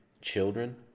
children